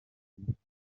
amashusho